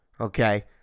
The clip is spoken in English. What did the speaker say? Okay